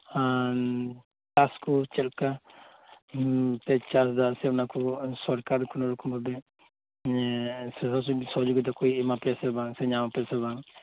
ᱪᱟᱥ ᱠᱚ ᱪᱮᱫ ᱞᱮᱠᱟ ᱪᱟᱥ ᱮᱫᱟ ᱥᱮ ᱚᱱᱟ ᱠᱚ ᱥᱚᱨᱠᱟᱨ ᱠᱳᱱᱳ ᱨᱚᱠᱚᱢ ᱵᱷᱟᱵᱮ ᱥᱩᱡᱳᱜᱽ ᱥᱚᱦᱚᱡᱳᱜᱤᱛᱟ ᱠᱚᱭ ᱮᱢᱟᱯᱮᱭᱟ ᱥᱮ ᱵᱟᱝ ᱥᱮ ᱧᱟᱢ ᱟᱯᱮ ᱟᱥᱮ ᱵᱟᱝ